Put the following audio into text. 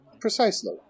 Precisely